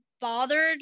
bothered